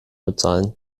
bezahlen